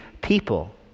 people